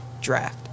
draft